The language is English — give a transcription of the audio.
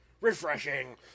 REFRESHING